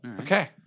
Okay